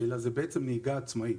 אלא נהיגה עצמאית.